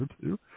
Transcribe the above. two